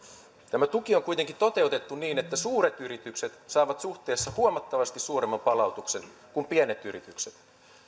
tämä tuki on kuitenkin toteutettu niin että suuret yritykset saavat suhteessa huomattavasti suuremman palautuksen kuin pienet yritykset